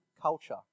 culture